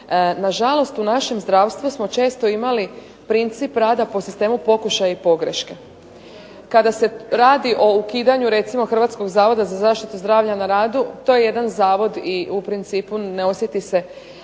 Nažalost, u našem zdravstvu smo često imali princip rada po sistemu pokušaja i pogreške. Kada se radi o ukidanju recimo Hrvatskog zavoda za zaštitu zdravlja na radu to je jedan zavod i u principu ne osjeti se